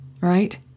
right